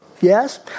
Yes